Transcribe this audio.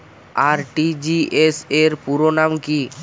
RTGS র পুরো নাম কি?